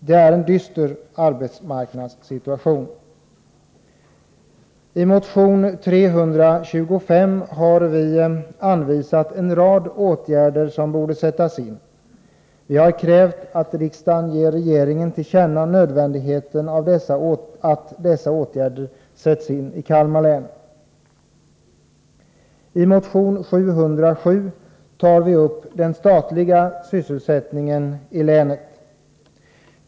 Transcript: Det är en dyster arbetsmarknadssituation. I motion 325 har vi anvisat en rad åtgärder som borde sättas in. Vi har krävt att riksdagen ger regeringen till känna nödvändigheten av att dessa åtgärder sätts in i Kalmar län. I motion 707 tar vi upp den statliga sysselsättningen i länet.